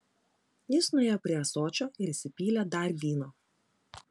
jis nuėjo prie ąsočio ir įsipylė dar vyno